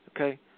okay